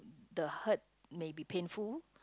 the hurt may be painful